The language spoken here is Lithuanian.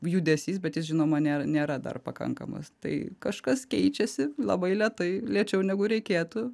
judesys bet jis žinoma nėra nėra dar pakankamas tai kažkas keičiasi labai lėtai lėčiau negu reikėtų